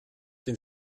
den